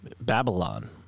babylon